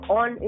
on